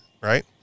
Right